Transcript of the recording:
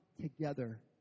together